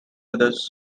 others